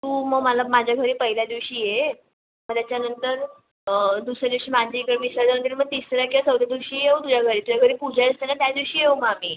तू मग मला माझ्या घरी पहिल्या दिवशी ये मग त्याच्यानंतर दुसऱ्या दिवशी माझ्या इकडे विसर्जन केलं मग तिसऱ्या किंवा चौथ्या दिवशी येऊ तुझ्या घरी तुझ्या घरी पूजा असते ना त्या दिवशी येऊ मग आम्ही